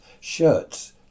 shirts